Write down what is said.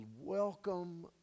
welcome